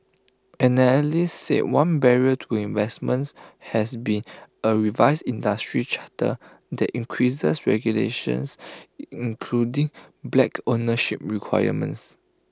analysts say one barrier to investments has been A revised industry charter that increases regulations including black ownership requirements